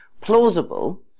plausible